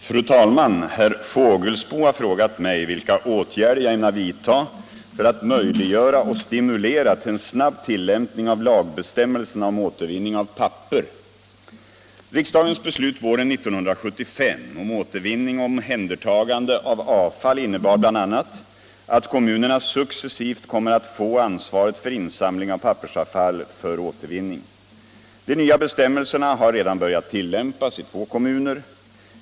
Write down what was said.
Fru talman! Herr Fågelsbo har frågat mig vilka åtgärder jag ämnar vidta för att möjliggöra och stimulera till en snabb tillämpning av lagbestämmelserna om återvinning av papper. Riksdagens beslut våren 1975 om återvinning och omhändertagande av avfall innebar bl.a. att kommunerna successivt kommer att få ansvaret för insamling av pappersavfall för återvinning. De nya bestämmelserna har redan börjat tillämpas i två kommuner.